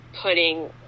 putting